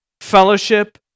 fellowship